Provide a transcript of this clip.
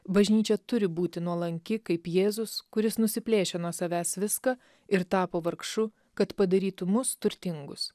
bažnyčia turi būti nuolanki kaip jėzus kuris nusiplėšė nuo savęs viską ir tapo vargšu kad padarytų mus turtingus